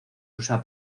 usa